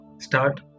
start